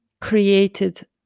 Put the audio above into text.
created